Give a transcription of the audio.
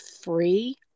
free